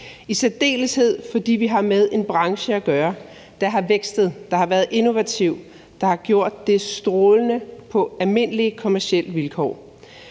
i særdeleshed fordi vi har med en branche at gøre, der har vækstet, der har været innovativ, der har gjort det strålende på almindelige kommercielle vilkår